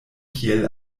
kiel